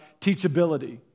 teachability